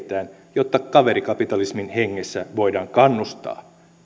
jotta kaverikapitalismin hengessä voidaan kannustaa